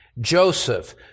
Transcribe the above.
Joseph